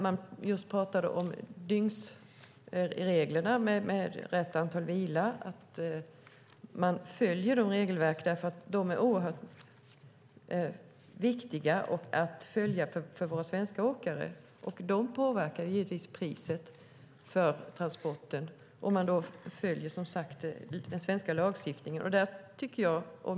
Man berättade om dygnsreglerna med rätt antal timmar vila och att det är viktigt att följa dessa regler och den svenska lagstiftningen för de svenska åkarna. Det påverkar givetvis priset för transportern.